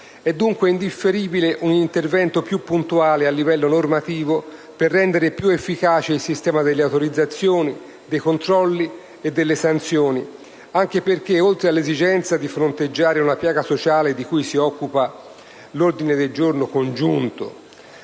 È dunque indifferibile un intervento più puntuale a livello normativo per rendere più efficace il sistema delle autorizzazioni, dei controlli e delle sanzioni. Anche perché, oltre all'esigenza di fronteggiare una piaga sociale, di cui si occupa l'ordine del giorno congiunto